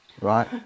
right